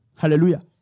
Hallelujah